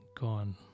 gone